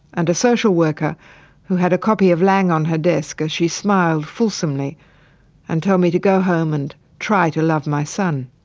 and a social worker who had a copy of laing on her desk as she smiled fulsomely and told me to go home and try to love my son.